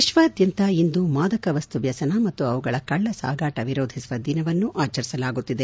ವಿಶ್ವಾದ್ಯಂತ ಇಂದು ಮಾದಕ ವಸ್ತು ವ್ಯಸನ ಮತ್ತು ಅವುಗಳ ಕಳ್ಳ ಸಾಗಾಟ ವಿರೋಧಿಸುವ ದಿನವನ್ನು ಆಚರಿಸಲಾಗುತ್ತಿದೆ